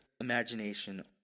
imagination